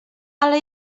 ale